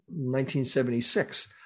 1976